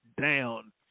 down